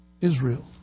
Israel